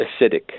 acidic